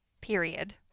period